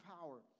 power